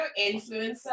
influencer